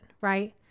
Right